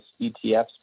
ETFs